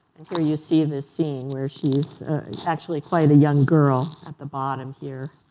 and here you see in this scene, where she's actually quite a young girl at the bottom here